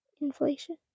inflation